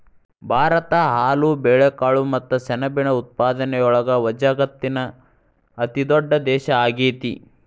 ಭಾರತ ಹಾಲು, ಬೇಳೆಕಾಳು ಮತ್ತ ಸೆಣಬಿನ ಉತ್ಪಾದನೆಯೊಳಗ ವಜಗತ್ತಿನ ಅತಿದೊಡ್ಡ ದೇಶ ಆಗೇತಿ